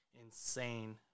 insane